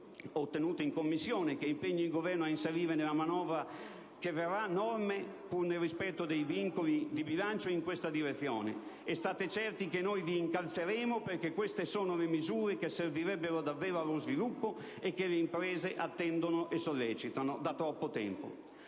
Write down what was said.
ottenuto in Commissione, che impegna il Governo a inserire nella manovra che verrà norme, pur nel rispetto dei vincoli di bilancio, in questa direzione. E state certi che noi vi incalzeremo, perché queste sono le misure che servirebbero davvero allo sviluppo, e che le imprese attendono e sollecitano da troppo tempo.